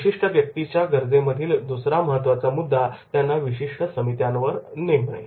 विशिष्ट व्यक्तीच्या गरजेमधील दुसरा महत्त्वाचा मुद्दा त्यांना विशिष्ट समित्यांवर नेमणे